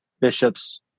bishops